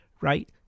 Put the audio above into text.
Right